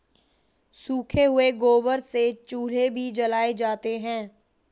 सूखे हुए गोबर से चूल्हे भी जलाए जाते हैं